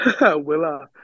Willa